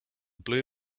blue